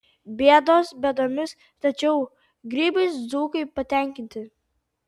bėdos bėdomis tačiau grybais dzūkai patenkinti